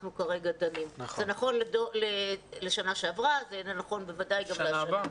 זה נכון לשנה שעברה ונכון גם לשנה הנוכחית.